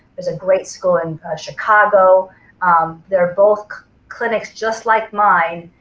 there's a great school in chicago that are both clinics just like mine